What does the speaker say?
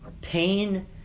pain